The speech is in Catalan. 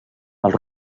els